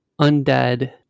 undead